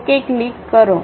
okay click કરો